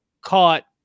caught